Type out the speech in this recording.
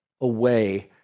away